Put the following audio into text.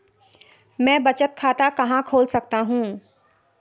मैं बचत खाता कहां खोल सकता हूं?